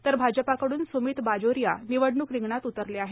तर भाजपाकडून सुमित बाजोरिया हे निवडणूक रिंगणात उतरले आहे